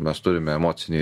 mes turim emocinį